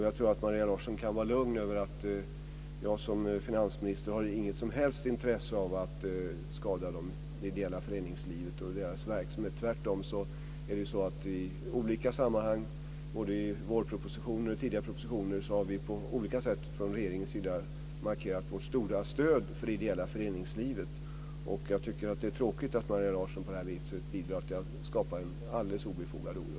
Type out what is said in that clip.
Jag tror att Maria Larsson kan vara lugn, för jag som finansminister har inget som helst intresse av att skada det ideella föreningslivet och dess verksamhet. Tvärtom har vi i regeringen i olika sammanhang, både i vårpropositioner och i andra propositioner tidigare, markerat vårt stora stöd för det ideella föreningslivet. Det är tråkigt att Maria Larsson på det här viset bidrar till att skapa en alldeles obefogad oro.